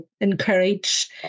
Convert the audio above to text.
encourage